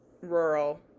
rural